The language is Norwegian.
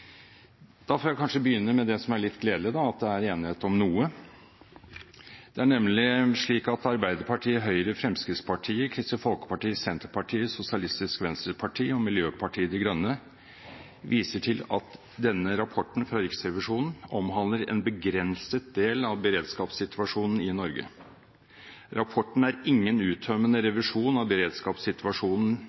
Da får jeg kanskje begynne med det som er litt gledelig, at det er enighet om noe. Det er nemlig slik: «Komiteens flertall, medlemmene fra Arbeiderpartiet, Høyre, Fremskrittspartiet, Kristelig Folkeparti, Senterpartiet, Sosialistisk Venstreparti og Miljøpartiet De Grønne viser til at Riksrevisjonens rapport omhandler en begrenset del av beredskapssituasjonen i Norge. Rapporten er ingen uttømmende revisjon av beredskapssituasjonen